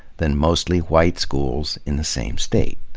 than mostly-white schools in the same state.